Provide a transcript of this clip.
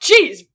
jeez